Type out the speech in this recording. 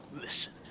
Listen